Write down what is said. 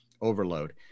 overload